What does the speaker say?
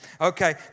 Okay